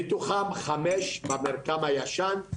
מתוכם חמש במרקם הישן,